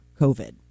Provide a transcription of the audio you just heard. COVID